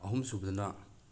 ꯑꯍꯨꯝ ꯁꯨꯕꯗꯅ